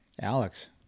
Alex